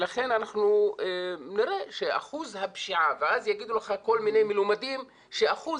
ואז יגידו לך כל מיני מלומדים שאחוז